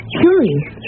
curious